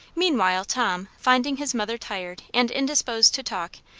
meanwhile, tom, finding his mother tired and indisposed to talk,